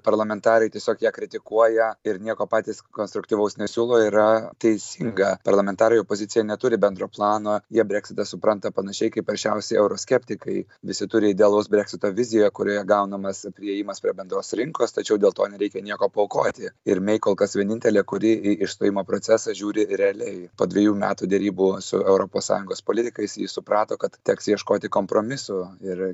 parlamentarai tiesiog ją kritikuoja ir nieko patys konstruktyvaus nesiūlo yra teisinga parlamentarai opozicija neturi bendro plano jie breksitą supranta panašiai kaip aršiausi euroskeptikai visi turi idealaus breksito viziją kurioje gaunamas priėjimas prie bendros rinkos tačiau dėl to nereikia nieko paaukoti ir mei kol kas vienintelė kuri į išstojimo procesą žiūri realiai po dvejų metų derybų su europos sąjungos politikais ji suprato kad teks ieškoti kompromisų ir